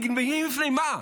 מגינים מפני מה?